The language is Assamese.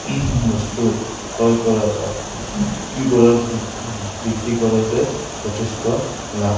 বস্তু ক্ৰয় কৰা বা বিক্ৰী কৰাৰ বিক্ৰী কৰাতে যথেষ্ট লাভ